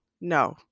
No